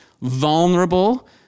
vulnerable